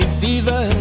fever